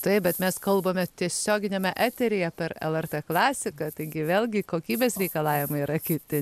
taip bet mes kalbame tiesioginiame eteryje per lrt klasiką taigi vėlgi kokybės reikalavimai yra kiti